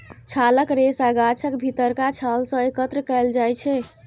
छालक रेशा गाछक भीतरका छाल सं एकत्र कैल जाइ छै